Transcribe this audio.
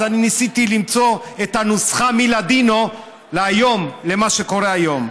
אז אני ניסיתי למצוא את הנוסחה מלדינו למה שקורה היום.